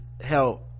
help